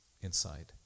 inside